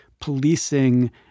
policing